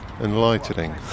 enlightening